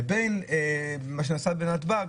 לבין מה שנעשה בנתב"ג,